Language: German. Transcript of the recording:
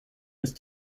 ist